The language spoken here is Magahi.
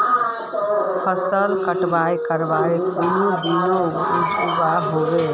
फसल कटाई करवार कुन दिनोत उगैहे?